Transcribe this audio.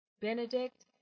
Benedict